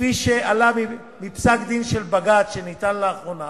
כפי שעלה מפסק-דין של בג"ץ שניתן לאחרונה